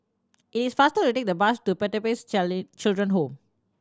it is faster to take the bus to Pertapis Children Home